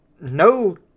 no